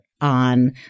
on